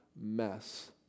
mess